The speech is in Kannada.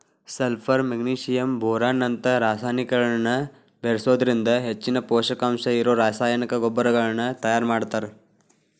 ಸಲ್ಪರ್ ಮೆಗ್ನಿಶಿಯಂ ಬೋರಾನ್ ನಂತ ರಸಾಯನಿಕಗಳನ್ನ ಬೇರಿಸೋದ್ರಿಂದ ಹೆಚ್ಚಿನ ಪೂಷಕಾಂಶ ಇರೋ ರಾಸಾಯನಿಕ ಗೊಬ್ಬರಗಳನ್ನ ತಯಾರ್ ಮಾಡ್ತಾರ